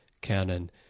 canon